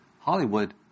Hollywood